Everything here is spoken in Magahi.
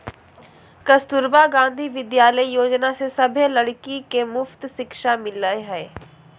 कस्तूरबा गांधी विद्यालय योजना से सभे लड़की के मुफ्त शिक्षा मिला हई